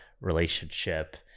relationship